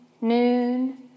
noon